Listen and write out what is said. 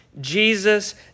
Jesus